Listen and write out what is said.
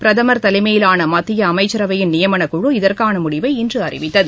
பிரதமர் தலைமையிலான மத்திய அமைச்சரவையின் நியமனக் குழு இதற்கான முடிவை இன்று அறிவித்தது